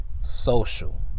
social